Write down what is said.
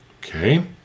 Okay